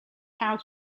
how